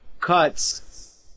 cuts